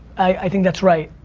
i think that's right.